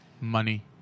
Money